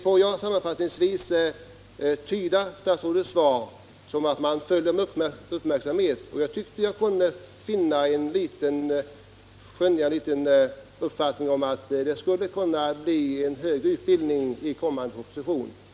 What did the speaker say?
Låt mig sammanfattningsvis tyda statsrådets svar så att hon med uppmärksamhet följer dessa frågor. Jag tycker att man kunde skönja ett besked om att en utökning av utbildningen skulle kunna föreslås i en kommande proposition.